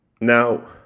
Now